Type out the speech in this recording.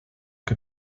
que